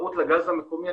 כתחרות לגז המקומי.